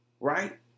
Right